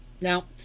Now